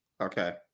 Okay